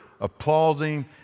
applauding